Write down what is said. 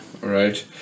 right